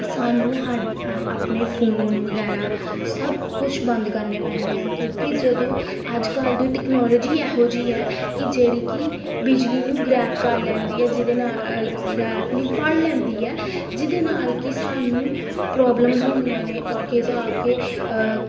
ਸਾਨੂੰ ਹਾ ਆਪਣੇ ਫੋਨ ਵਗੈਰਾ ਸਭ ਕੁਛ ਬੰਦ ਕਰਨੇ ਪੈਂਦੇ ਆ ਕਿਉਂਕਿ ਜਦੋਂ ਅੱਜ ਕੱਲ੍ਹ ਦੀ ਟੈਕਨੋਲੋਜੀ ਇਹੋ ਜਿਹੀ ਹੈ ਕਿ ਜਿਹੜੀ ਕਿ ਬਿਜਲੀ ਨੂੰ ਗਰੈਬ ਕਰ ਲੈਂਦੀ ਹੈ ਜਿਹਦੇ ਨਾਲ ਗਰੈਬ ਨਹੀਂ ਫੜ ਲੈਂਦੀ ਹੈ ਜਿਹਦੇ ਨਾਲ ਕਿ ਸਾਨੂੰ ਪ੍ਰੋਬਲਮਸ ਹੁੰਦੀਆਂ ਨੇ ਅੱਗੇ ਜਾ ਕੇ